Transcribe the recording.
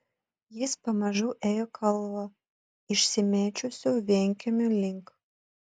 jis pamažu ėjo kalva išsimėčiusių vienkiemių link